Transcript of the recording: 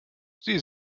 sie